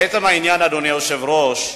לעצם העניין, אדוני היושב-ראש,